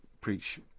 preach